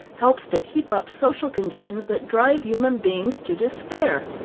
helps to keep up social conditions that drive human beings to despair.